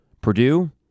Purdue